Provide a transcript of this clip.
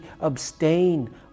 abstain